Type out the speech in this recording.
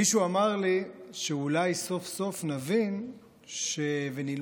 מישהו אמר לי שאולי סוף-סוף נבין ונלמד